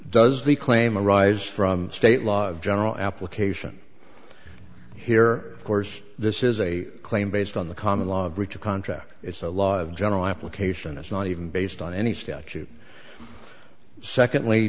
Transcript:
does the claim arise from state law of general application here of course this is a claim based on the common law of breach of contract it's a law of general application it's not even based on any statute secondly